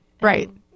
Right